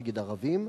נגד ערבים?